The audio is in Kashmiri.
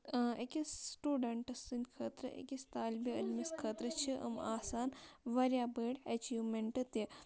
أکِس سٹوٗڈَنٹ سٕنٛدۍ خٲطرٕ أکِس طالبہِ علمِس خٲطرٕ چھِ أمۍ آسان واریاہ بٔڑۍ اٮ۪چیٖومٮ۪نٹ تہِ